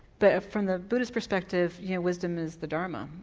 but from the buddhists' perspective yeah wisdom is the dharma,